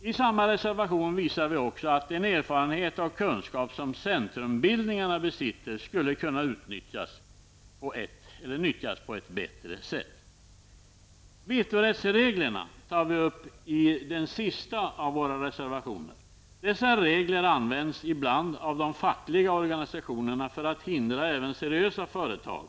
I samma reservation visar vi också att den erfarenhet och kunskap som centrumbildningarna besitter skulle kunna nyttjas på ett bättre sätt. Vetorättsreglerna tar vi upp i den sista av våra reservationer. Dessa regler används ibland av de fackliga organisationerna för att hindra även seriösa företag.